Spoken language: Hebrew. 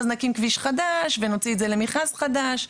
אז נקים כביש חדש ונוציא את זה למכרז חדש,